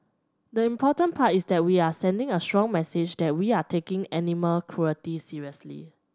the important part is that we are sending a strong message that we are taking animal cruelty seriously